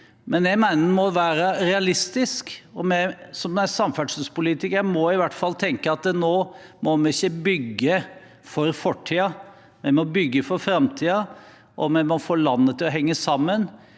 vei. Jeg mener vi må være realistiske. Vi som samferdselspolitikere må i hvert fall tenke at nå må vi ikke bygge for fortiden. Vi må bygge for framtiden, og vi må få landet til å henge sammen.